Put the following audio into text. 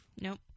Nope